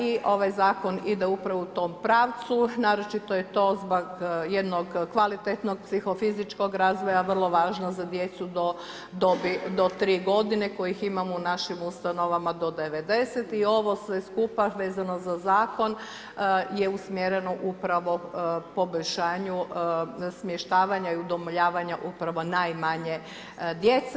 I ovaj zakon ide upravo u tom pravcu, naročito je to zbog jednog kvalitetnog psihofizičkog razvoja vrlo važno za djecu do dobi do 3 g. koje imamo u našim ustanovama do 90 i ovo sve skupa vezano za zakon, je usmjereno upravo poboljšanju, smještavanja i udomljavanja, upravo najmanje djece.